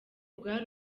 bwari